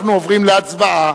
אנחנו עוברים להצבעה.